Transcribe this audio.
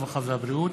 הרווחה והבריאות